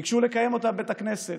ביקשו לקיים אותה בבית הכנסת.